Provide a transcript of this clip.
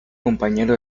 compañero